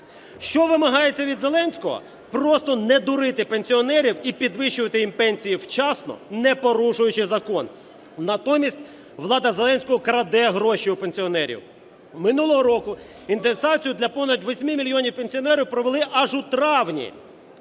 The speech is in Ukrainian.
Що вимагається від Зеленського? Просто не дурити пенсіонерів і підвищувати їм пенсії вчасно, не порушуючи закон. Натомість влада Зеленського краде гроші у пенсіонерів. Минулого року індексацію для понад 8 мільйонів пенсіонерів провели аж у травні,